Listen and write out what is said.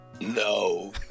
No